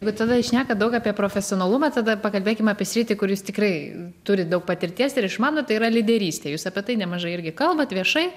bet tada jūs šnekat daug apie profesionalumą tada pakalbėkim apie sritį kur jūs tikrai turit daug patirties ir išmanot tai yra lyderystė jūs apie tai nemažai irgi kalbat viešai